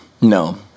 no